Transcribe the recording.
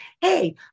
hey